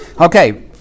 Okay